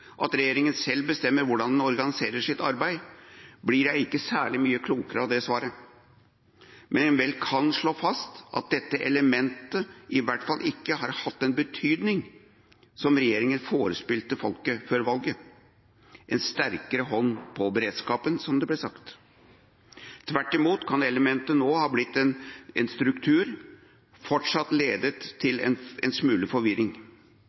at regjeringa selv bestemmer hvordan den organiserer sitt arbeid, blir jeg ikke særlig mye klokere av svaret. Men en kan vel slå fast at dette elementet i hvert fall ikke har hatt den betydning som regjeringa forespeilet folket før valget – en sterkere hånd om beredskapen, som det ble sagt. Tvert imot kan elementet nå ha blitt en struktur og fortsatt lede til en smule forvirring.